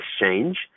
exchange